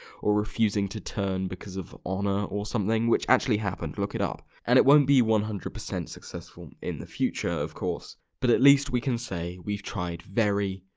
or refusing to turn because of honour or something. which actually happened look it up and it won't be one hundred percent successful in the future of course. but at least we can say we tried very,